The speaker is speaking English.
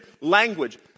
language